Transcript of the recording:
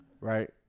Right